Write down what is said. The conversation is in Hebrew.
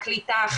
קליטה,